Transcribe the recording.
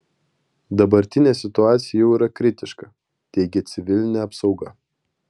dabartinė situacija jau yra kritiška teigia civilinė apsauga